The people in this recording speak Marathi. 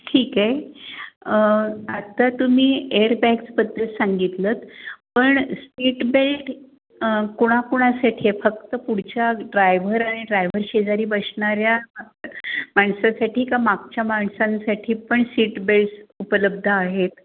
ठीक आहे आत्ता तुम्ही एअरबॅग्सबद्दल सांगितलंत पण सीट बेल्ड कोणाकोणासाठी फक्त पुढच्या ड्रायव्हर आणि ड्रायव्हर शेजारी बसणाऱ्या माणसासाठी का मागच्या माणसांसाठी पण सीट बेल्ड्स उपलब्ध आहेत